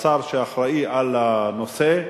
השר שאחראי על הנושא.